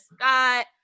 Scott